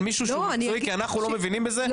מישהו שהוא מקצועי כי אנחנו לא מבינים בזה,